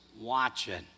watching